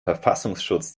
verfassungsschutz